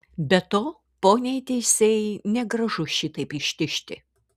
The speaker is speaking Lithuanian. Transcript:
be to poniai teisėjai negražu šitaip ištižti